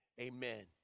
Amen